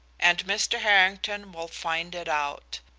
and mr. harrington will find it out.